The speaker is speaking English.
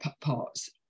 parts